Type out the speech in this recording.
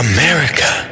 America